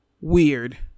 weird